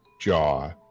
jaw